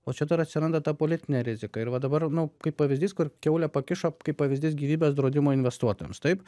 o čia dar atsiranda ta politinė rizika ir va dabar nu kaip pavyzdys kur kiaulę pakišo kaip pavyzdys gyvybės draudimo investuotojams taip